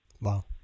Wow